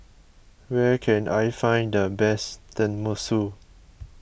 where can I find the best Tenmusu